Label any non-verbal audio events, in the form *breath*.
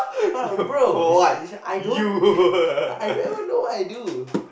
what bro she she I don't *breath* I don't even know what I do